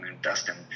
Dustin